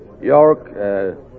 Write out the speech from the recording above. York